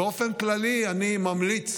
באופן כללי, אני ממליץ